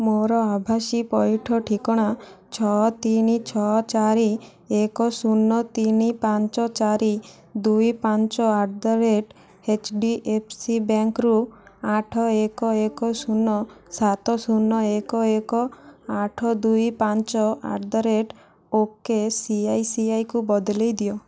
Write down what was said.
ମୋର ଆଭାସୀ ପଇଠ ଠିକଣା ଛଅ ତିନି ଛଅ ଚାରି ଏକ ଶୂନ ତିନି ପାଞ୍ଚ ଚାରି ଦୁଇ ପାଞ୍ଚ at the rate H D F C ବ୍ୟାଙ୍କରୁ ଆଠ ଏକ ଏକ ଶୂନ ସାତ ଶୂନ ଏକ ଏକ ଆଠ ଦୁଇ ପାଞ୍ଚ ଆଟ୍ ଦ ରେଟ୍ ଓକେସିଆଇସିଆଇକୁ ବଦଳାଇ ଦିଅ